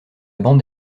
bande